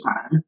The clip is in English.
time